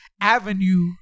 Avenue